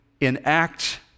enact